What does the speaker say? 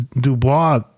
Dubois